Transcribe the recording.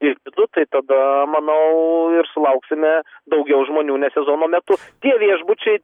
į vidų tai tada manau ir sulauksime daugiau žmonių ne sezono metu tie viešbučiai